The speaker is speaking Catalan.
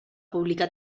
publicar